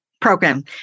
program